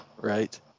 Right